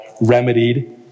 remedied